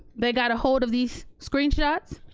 they got a hold of these screenshots,